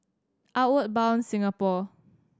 Outward Bound Singapore